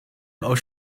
aus